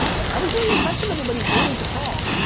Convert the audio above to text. i was really impressed with everybody waiting to call.